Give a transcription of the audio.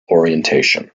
orientation